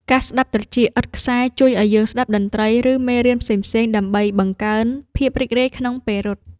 កាសស្ដាប់ត្រចៀកឥតខ្សែជួយឱ្យយើងអាចស្ដាប់តន្ត្រី ឬមេរៀនផ្សេងៗដើម្បីបង្កើនភាពរីករាយក្នុងពេលរត់។